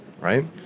Right